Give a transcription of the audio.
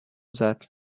that